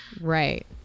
right